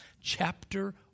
chapter